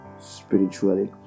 spiritually